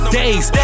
days